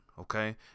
Okay